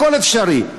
הכול אפשרי.